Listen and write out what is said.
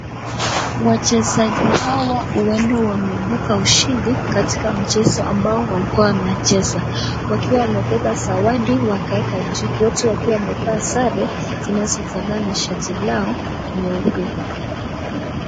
Wachezaji hawa huenda wameibuka ushindi katika mchezo ambao walikuwa wanacheza, wakiwa wamebeba zawadi wakaweka juu wote wakiwa wamevaa sare zinazofanana na shati lao jeupe.